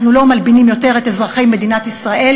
אנחנו לא מלבינים יותר את פני אזרחי מדינת ישראל,